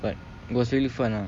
but it was really fun lah